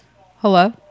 hello